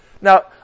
Now